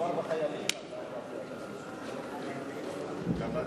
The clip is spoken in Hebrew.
התשע"ב 2011, נתקבל.